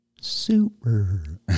Super